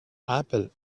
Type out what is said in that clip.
apple